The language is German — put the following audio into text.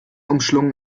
umschlungen